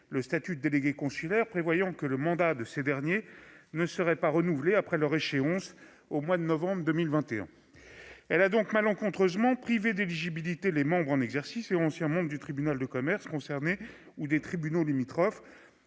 le statut de délégué consulaire, prévoyant que le mandat de ceux qui le détenaient ne serait pas renouvelé une fois arrivé à échéance, en novembre 2021. Elle a donc malencontreusement privé d'éligibilité les membres en exercice et anciens membres du tribunal de commerce concerné ou des tribunaux limitrophes,